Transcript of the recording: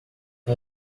não